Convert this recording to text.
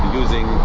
using